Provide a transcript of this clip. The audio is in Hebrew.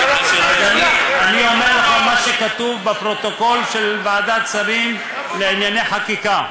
אני אומר לך מה שכתוב בפרוטוקול של ועדת שרים לענייני חקיקה.